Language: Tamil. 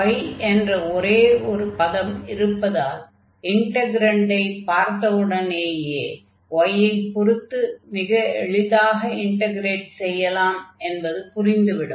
y என்ற ஒரே ஒரு பதம் இருப்பதால் இன்டக்ரன்டை பார்த்த உடனேயே y ஐ பொருத்து மிக எளிதாக இன்டக்ரேட் செய்யலாம் என்பது புரிந்து விடும்